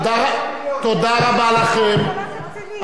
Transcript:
תודה רבה לכם,